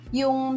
yung